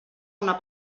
una